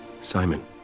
Simon